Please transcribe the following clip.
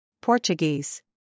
Portuguese